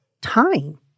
time